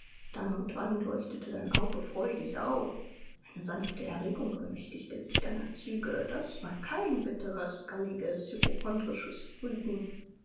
dann und wann leuchtete dein auge freudig auf eine sanfte erregung bemächtigte sich deiner züge das war kein bitteres galliges hypochondrisches brüten